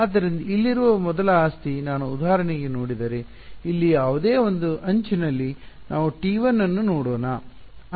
ಆದ್ದರಿಂದ ಇಲ್ಲಿರುವ ಮೊದಲ ಆಸ್ತಿ ನಾನು ಉದಾಹರಣೆಗೆ ನೋಡಿದರೆ ಇಲ್ಲಿ ಯಾವುದೇ ಒಂದು ಅಂಚಿನಲ್ಲಿ ನಾವು T1 ಅನ್ನು ನೋಡೋಣ